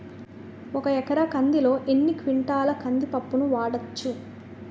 ఒక ఎకర కందిలో ఎన్ని క్వింటాల కంది పప్పును వాడచ్చు?